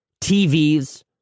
tvs